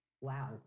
wow